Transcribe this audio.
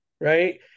right